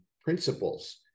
principles